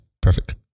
Perfect